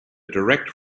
direct